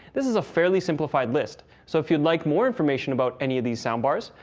this is a fairly simplified list, so if you'd like more information about any of these soundbars,